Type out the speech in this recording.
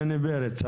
בני פרץ,